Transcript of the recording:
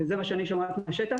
וזה מה שאני שומעת מהשטח,